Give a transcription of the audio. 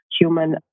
human